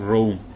Rome